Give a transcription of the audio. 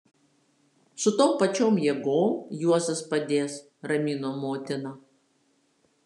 su tom pačiom jėgom juozas padės ramino motina